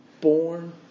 born